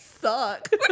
suck